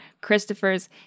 Christopher's